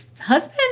husband